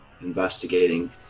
investigating